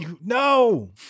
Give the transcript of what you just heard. no